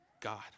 God